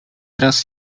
teraz